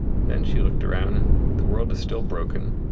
then she looked around and the world is still broken,